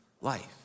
life